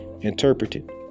interpreted